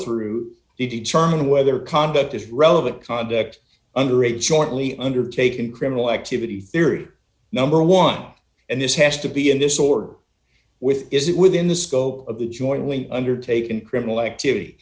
through to determine whether conduct is relevant conduct under a jointly undertaken criminal activity theory number one and this has to be a disorder with is it within the scope of the joint undertaken criminal activity